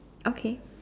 okay